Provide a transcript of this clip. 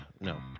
No